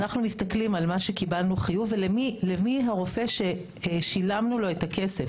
אנחנו מסתכלים על מה שקיבלנו חיוב ולמי הרופא ששילמנו לו את הכסף.